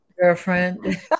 Girlfriend